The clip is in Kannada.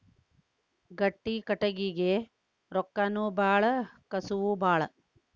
ಗಟ್ಟಿ ಕಟಗಿಗೆ ರೊಕ್ಕಾನು ಬಾಳ ಕಸುವು ಬಾಳ